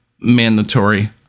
mandatory